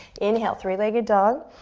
inhale, three legged dog.